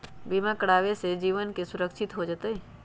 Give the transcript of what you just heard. बीमा करावे से जीवन के सुरक्षित हो जतई?